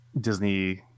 disney